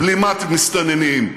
בלימת מסתננים,